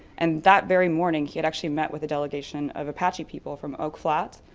and that very morning he had actually met with the delegation of apache people from oak flat.